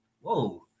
Whoa